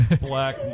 black